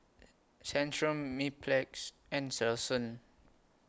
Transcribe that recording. Centrum Mepilex and Selsun